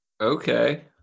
Okay